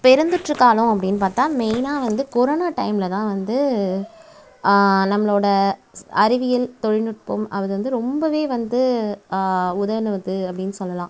பெருந்தொற்று காலம் அப்படின்னு பார்த்தா மெய்னாக வந்து கொரோனா டைமில் தான் வந்து நம்மளோடய ஸ் அறிவியல் தொழில்நுட்பம் அது வந்து ரொம்பவே வந்து உதவினது அப்படின்னு சொல்லலாம்